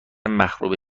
مخروبه